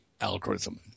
algorithm